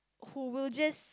who will just